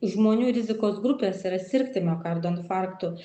žmonių rizikos grupės yra sirgti miokardo infarktu